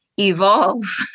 evolve